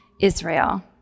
Israel